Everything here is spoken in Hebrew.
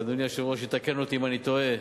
ואדוני היושב-ראש יתקן אותי אם אני טועה,